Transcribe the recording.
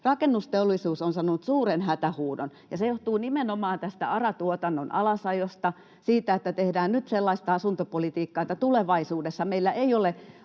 rakennusteollisuus on sanonut suuren hätähuudon, ja se johtuu nimenomaan ARA-tuotannon alasajosta, siitä, että nyt tehdään sellaista asuntopolitiikkaa, että tulevaisuudessa meillä ei ole